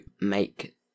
make